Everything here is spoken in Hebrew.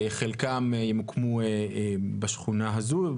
חלקם ימוקמו בשכונה הזו,